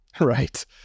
Right